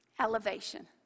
Elevation